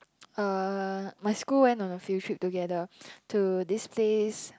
uh my school went on a field trip together to this place